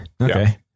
Okay